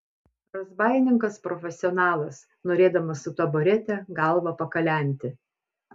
razbaininkas profesionalas norėdamas su taburete galvą pakalenti